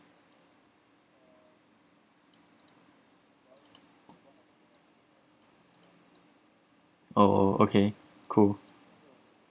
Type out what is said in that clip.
oh okay cool